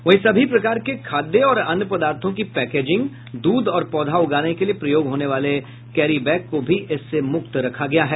वहीं सभी प्रकार के खाद्य और अन्य पदार्थों की पैकेजिंग दूध और पौधा उगाने के लिए प्रयोग होने वाले कैरी बैग को भी इससे मुक्त रखा गया है